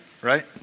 right